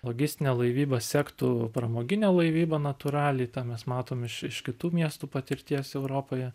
logistinę laivybą sektų pramoginė laivyba natūraliai tą mes matom iš iš kitų miestų patirties europoje